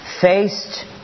faced